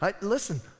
listen